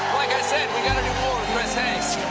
like i said, we've got to do more with chris hayes.